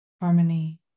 harmony